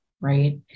right